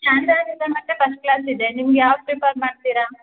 standard ಇದೆ ಮತ್ತು first class ಇದೆ ನಿಮ್ಗೆ ಯಾವ್ದು ಪ್ರಿಫರ್ ಮಾಡ್ತೀರ